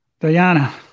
Diana